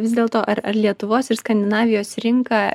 vis dėlto ar ar lietuvos ir skandinavijos rinka